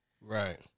Right